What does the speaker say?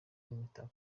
n’imitako